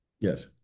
Yes